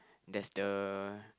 there's the